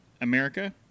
America